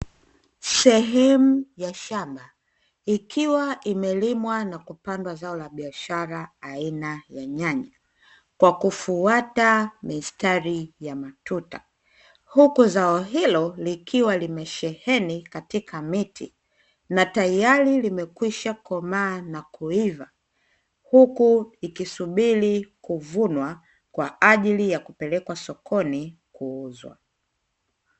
Sehemu ya shamba ikiwa imelimwa na kupandwa zao la biashara aina ya nyanya, kwa kufuata mistari ya matuta huku zao hilo likiwa limesheheni katika miti, na tayari limekwishakomaa na kuiva huku likisubiri kuvunwa kwa ajili ya kupelekwa sokoni kuuzwa.